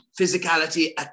physicality